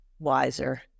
wiser